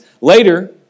Later